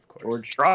George